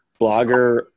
blogger